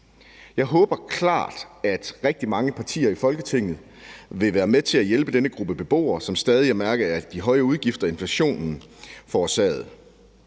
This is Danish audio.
Jeg håber klart, at rigtig mange partier i Folketinget vil være med til at hjælpe denne gruppe beboere, som stadig er mærket af de høje udgifter, inflationen forårsagede.